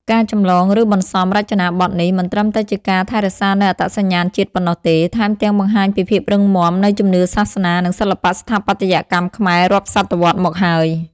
ការចម្លង ឬបន្សំរចនាបថនេះ មិនត្រឹមតែជាការថែរក្សានូវអត្តសញ្ញាណជាតិប៉ុណ្ណោះទេ ថែមទាំងបង្ហាញពីភាពរឹងមាំនៃជំនឿសាសនា និងសិល្បៈស្ថាបត្យកម្មខ្មែររាប់សតវត្សរ៍មកហើយ។